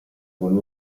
con